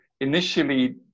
initially